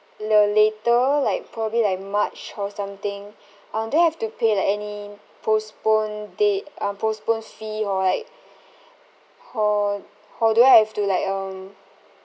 la~ later like probably like march or something um do I have to pay like any postpone day um postpone fee or like or or do I have to like um